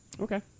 Okay